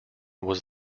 was